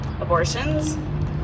abortions